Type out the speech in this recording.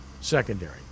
secondary